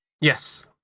Yes